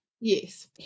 Yes